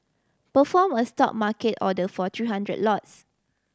perform a stop market order for three hundred lots